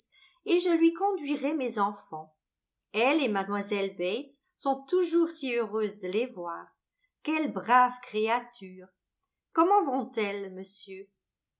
et je lui conduirai mes enfants elle et mlle bates sont toujours si heureuses de les voir quelles braves créatures comment vont elles monsieur